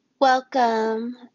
Welcome